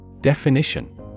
Definition